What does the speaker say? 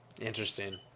Interesting